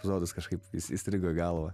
epizodas kažkaip į į įstrigo galva